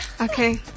Okay